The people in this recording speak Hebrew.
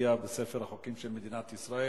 ותופיע בספר החוקים של מדינת ישראל.